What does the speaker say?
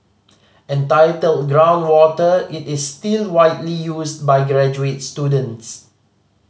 entitled Groundwater it is still widely used by graduate students